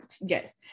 Yes